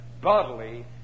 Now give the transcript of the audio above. bodily